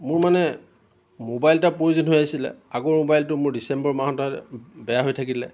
মোৰ মানে মোবাইল এটা প্ৰয়োজন হৈ আছিলে আগৰ মোবাইলটো মোৰ ডিচেম্বৰ মাহতে বেয়া হৈ থাকিলে